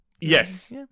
Yes